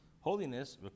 holiness